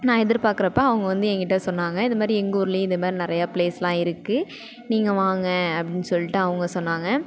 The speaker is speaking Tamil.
நான் எதிர்பார்க்குறப்ப அவங்க வந்து என்கிட்ட சொன்னாங்க இதுமாரி எங்கள் ஊர்லேயும் இதமாரி நிறையா ப்ளேஸ்லாம் இருக்குது நீங்கள் வாங்க அப்படின்னு சொல்லிட்டு அவங்க சொன்னாங்க